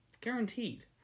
guaranteed